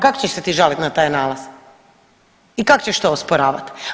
Kak' ćeš se ti žaliti na taj nalaz i kak' ćeš to osporavati?